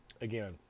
again